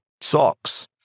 socks